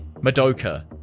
Madoka